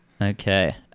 Okay